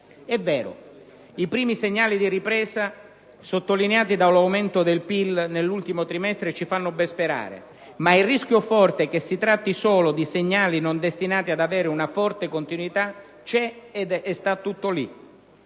È vero, i primi segnali di ripresa sottolineati dall'aumento del prodotto interno lordo dell'ultimo trimestre ci fanno ben sperare, ma il rischio forte è che si tratti solo di segnali non destinati ad avere una forte continuità. Il nostro è un